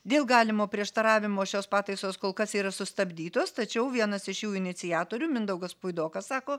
dėl galimo prieštaravimo šios pataisos kol kas yra sustabdytos tačiau vienas iš jų iniciatorių mindaugas puidokas sako